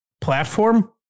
platform